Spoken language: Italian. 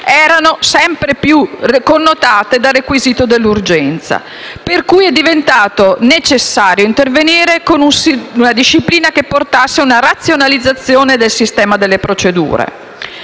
erano non sempre connotati dal requisito dell'urgenza, per cui è diventato sempre più necessario intervenire con una disciplina che portasse una razionalizzazione del sistema delle procedure.